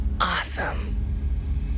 Awesome